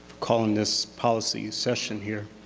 calling this policy session here.